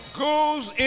goes